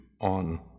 On